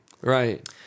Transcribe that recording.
Right